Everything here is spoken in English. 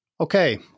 Okay